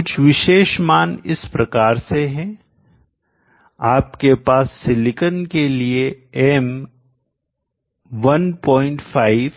कुछ विशेष मान इस प्रकार से है आपके पास सिलिकॉन के लिए M 15